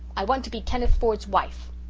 i want to be kenneth ford's wife!